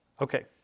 Okay